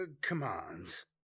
commands